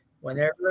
whenever